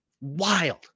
Wild